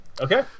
Okay